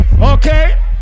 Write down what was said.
Okay